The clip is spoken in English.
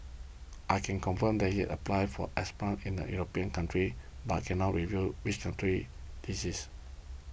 I can confirm he has applied for asylum in a European country but I cannot reveal which country this is